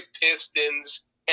Pistons